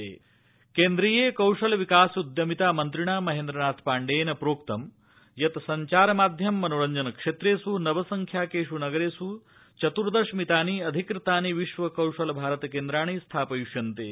सञ्चारमाध्यम कौशलम् केन्द्रीय कौशल विकासोद्यमितामन्त्रिणा महेन्द्रनाथ पाण्डेयेन प्रोक्तं यत् सब्चारमाध्यम मनोरब्जन क्षेत्रेष् नव संख्याकेष् नगरेष् चतुर्दशमितानि अधिकृतानि विश्व कौशल भारतकेन्द्राणि स्थापयिष्यन्ते